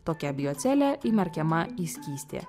tokia biocelė įmerkiama į skystį